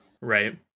Right